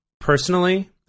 personally